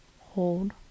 hold